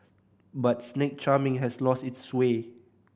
but snake charming has lost its sway